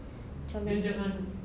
comelnya